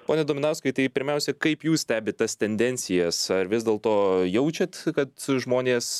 pone dominauskai tai pirmiausia kaip jūs stebit tas tendencijas ar vis dėlto jaučiat kad žmonės